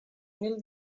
mil